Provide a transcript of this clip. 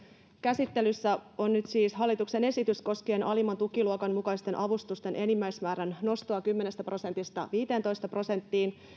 käsittelyssä on nyt siis hallituksen esitys koskien alimman tukiluokan mukaisten avustusten enimmäismäärän nostoa kymmenestä prosentista viiteentoista prosenttiin